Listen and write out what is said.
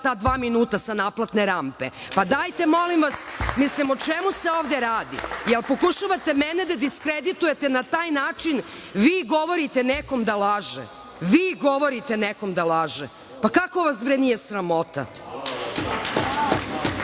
ta dva minuta sa naplatne rampe. Pa, dajte molim vas, o čemu se ovde radi, da li pokušavate mene da diskreditujete na taj način, vi govorite nekome da laže. Vi govorite nekome da laže? Pa, kako vas nije